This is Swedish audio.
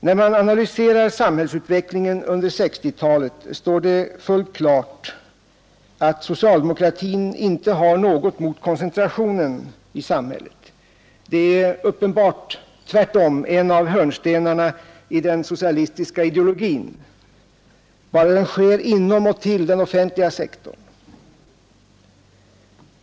När man analyserar samhällsutvecklingen under 1960-talet, står det fullt klart att socialdemokratin inte har något emot koncentrationen i samhället. Det är uppenbart tvärtom en av hörnstenarna i den socialistiska ideologin — bara koncentrationen sker inom och till den offentliga sektorn.